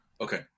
Okay